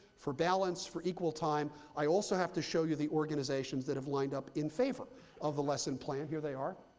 for balance, for equal time. i also have to show you the organizations that have lined up in favor of the lesson plan. here they are.